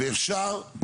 ואפשר.